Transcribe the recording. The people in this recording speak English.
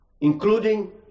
including